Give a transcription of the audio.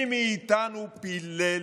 לעזאזל.